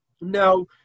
Now